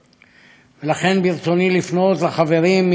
ולכן, ברצוני לפנות לחברים מימין ומשמאל: